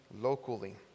locally